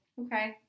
okay